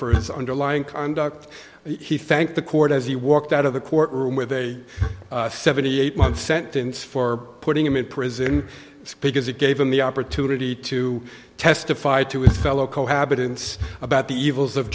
for his underlying conduct he thanked the court as he walked out of the court room with a seventy eight month sentence for putting him in prison because it gave him the opportunity to testify to his fellow cohabitants about the evils of